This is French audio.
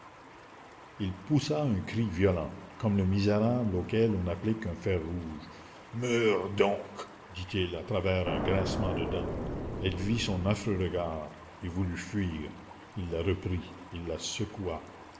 il poussa un cri violent comme le misérable auquel on applique un fer rouge meurs donc dit-il à travers un grincement de dents elle vit son affreux regard et voulut fuir il la reprit il la secoua